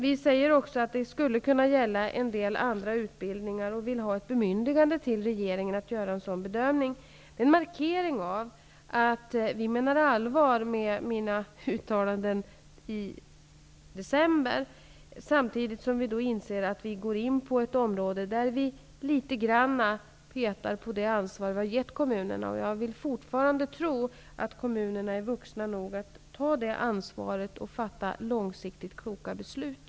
Vi säger också att detta skulle kunna gälla en del andra utbildningar och vill ha ett bemyndigande till regeringen att göra en bedömning därvidlag. Det är en markering av att vi menar allvar med mina uttalanden i december förra året, samtidigt som vi inser att vi går in på ett område där vi litet grand petar på det ansvar som vi gett kommunerna. Jag vill fortfarande tro att kommunerna är ''vuxna'' nog att ta det ansvaret och fatta långsiktigt kloka beslut.